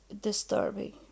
disturbing